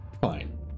fine